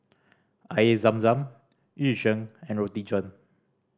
Air Zam Zam Yu Sheng and Roti John